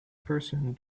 person